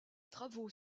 travaux